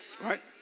right